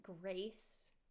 grace